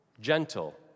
gentle